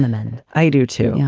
men. i do, too.